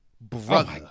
brother